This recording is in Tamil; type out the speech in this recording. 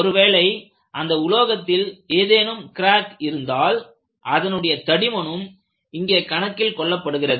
ஒருவேளை அந்த உலோகத்தில் ஏதேனும் கிராக் இருந்தால் அதனுடைய தடிமனும் இங்கே கணக்கில் கொள்ளப்படுகிறது